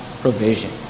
provision